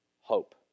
hope